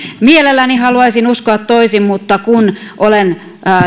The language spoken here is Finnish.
mielelläni haluaisin uskoa toisin mutta kun olen